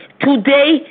Today